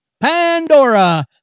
Pandora